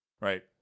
right